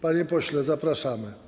Panie pośle, zapraszamy.